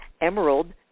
Emerald